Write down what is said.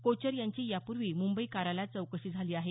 कोचर यांची यापूर्वी मुंबई कार्यालयात चौकशी झालेली आहे